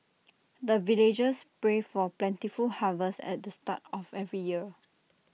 the villagers pray for plentiful harvest at the start of every year